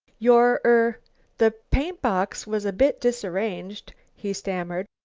your er the paint-box was a bit disarranged, he stammered.